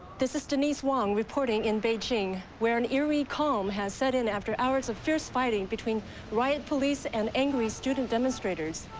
this is denise wong reporting in beijing where an eer calm has set in after hours of fierce fighting between riot police and angry student demonstrators.